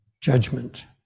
judgment